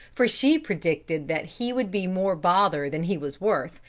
for she predicted that he would be more bother than he was worth,